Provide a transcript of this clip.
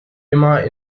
immer